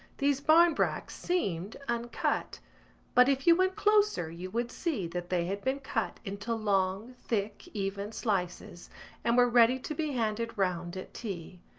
these barmbracks seemed uncut but if you went closer you would see that they had been cut into long thick even slices and were ready to be handed round at tea.